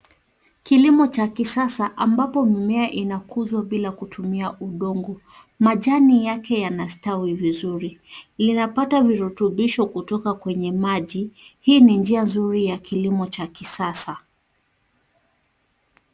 Kilimo cha kisasa ambapo mimea inakuzwa bila kutumia udongo. Majani yake yanastawi vizuri. Linapata virutubisho kutoka kwenye maji. Hii ni njia nzuri ya kilimo cha kisasa.